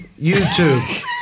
YouTube